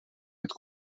met